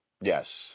Yes